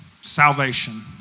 Salvation